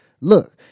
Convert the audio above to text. Look